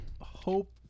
hope